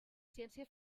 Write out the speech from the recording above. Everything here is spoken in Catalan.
ciència